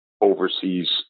overseas